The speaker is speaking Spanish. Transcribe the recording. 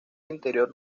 interior